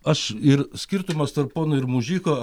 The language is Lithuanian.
aš ir skirtumas tarp pono ir mužiko